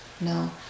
no